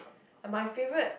my favourite